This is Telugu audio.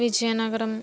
విజయనగరం